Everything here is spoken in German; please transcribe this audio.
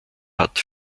hat